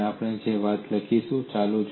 અને આપણે એ જ વાત લખીશું